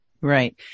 Right